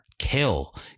Kill